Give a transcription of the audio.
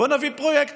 בוא נביא פרויקטורים.